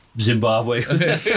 Zimbabwe